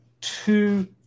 two